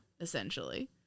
essentially